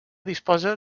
disposa